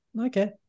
okay